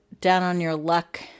down-on-your-luck